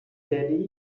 daddy